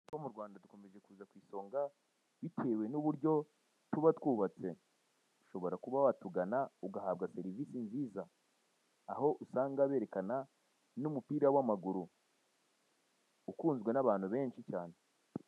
Two mu Rwanda dukomeje kuza ku isonga bitewe n'uko tuba twubatse. Ushobora kuba watugana ugahabwa serivise nziza aho usanga berekana n'umupira w'amaguru ukunzwe n'abantu benshi cyane.